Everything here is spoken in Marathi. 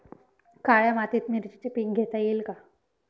काळ्या मातीत मिरचीचे पीक घेता येईल का?